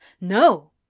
No